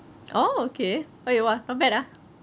oh okay eh !wah! not bad ah